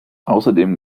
außerdem